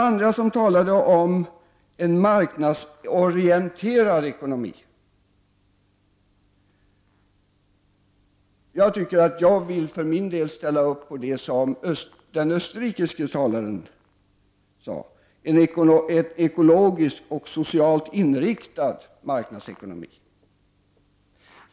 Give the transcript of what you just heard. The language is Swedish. Andra talade återigen om en marknadsorienterad ekonomi. För min del vill jag ställa upp på vad den österrikiske talaren förordade — en ekologisk och socialt inriktad marknadsekonomi.